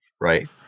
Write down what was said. Right